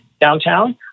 Downtown